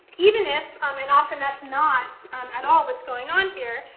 even if, um and often that's not at all what's going on here,